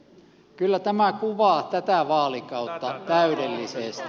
kyllä tämä kuvaa tätä vaalikautta täydellisesti